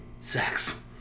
sex